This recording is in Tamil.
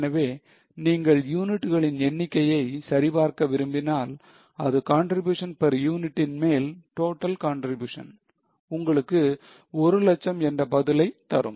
எனவே நீங்கள் யூனிட்களின் எண்ணிக்கையை சரி பார்க்க விரும்பினால் அது Contribution per unit இன் மேல் total contribution உங்களுக்கு 1 லட்சம் என்ற பதிலை தரும்